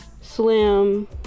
slim